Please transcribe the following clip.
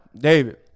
David